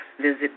Visit